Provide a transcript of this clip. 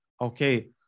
okay